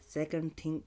second thing